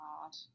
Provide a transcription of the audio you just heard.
hard